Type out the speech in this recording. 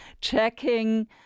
checking